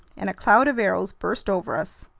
and a cloud of arrows burst over us.